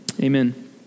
Amen